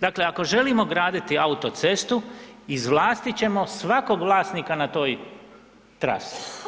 Dakle ako želimo graditi autocestu izvlastit ćemo svakog vlasnika na toj trasi,